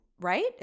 Right